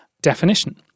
definition